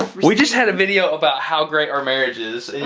we just had a video about how great our marriage is. and